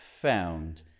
found